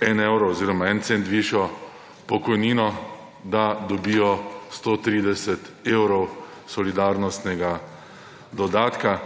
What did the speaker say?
en evro oziroma en cent višjo pokojnino, da dobijo 130 evrov solidarnostnega dodatka.